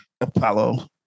Apollo